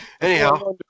Anyhow